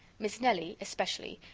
miss nelly, especially,